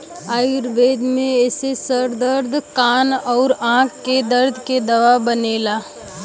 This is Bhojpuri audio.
आयुर्वेद में एसे सर दर्द कान आउर आंख के दर्द के दवाई बनला